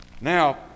Now